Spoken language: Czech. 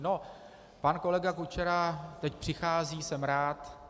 No, pan kolega Kučera teď přichází, jsem rád.